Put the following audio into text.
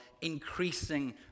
increasing